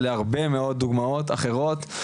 יש הרבה מאוד דוגמאות אחרות.